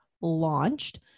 launched